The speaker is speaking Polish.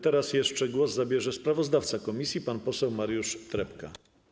Teraz jeszcze głos zabierze sprawozdawca komisji pan poseł Mariusz Trepka.